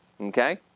okay